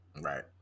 Right